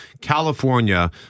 California